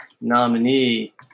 nominee